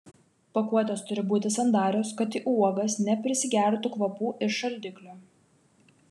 pakuotės turi būti sandarios kad į uogas neprisigertų kvapų iš šaldiklio